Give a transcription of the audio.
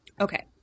Okay